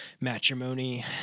matrimony